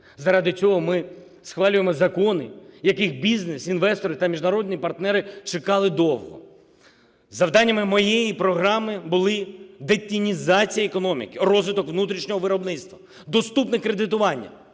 Заради цього ми схвалюємо закони, які бізнес, інвестори та міжнародні партнери чекали довго. Завданнями моєї програми були: детінізація економіки, розвиток внутрішнього виробництва, доступне кредитування.